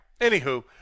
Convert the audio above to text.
Anywho